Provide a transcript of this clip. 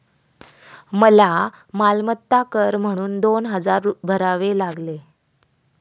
मला मालमत्ता कर म्हणून दोन हजार भरावे लागले